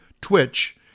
Twitch